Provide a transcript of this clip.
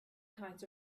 kinds